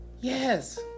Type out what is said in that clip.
Yes